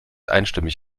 einstimmig